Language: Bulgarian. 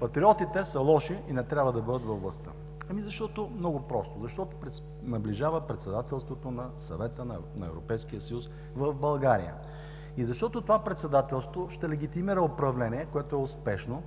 патриотите са лоши и не трябва да бъдат във властта? Ами защото, много просто, защото наближава председателството на Съвета на Европейския съюз в България. И защото това председателство ще легитимира управление, което е успешно,